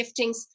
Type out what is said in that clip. giftings